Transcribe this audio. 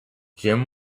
jim